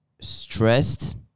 stressed